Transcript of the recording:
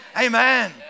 amen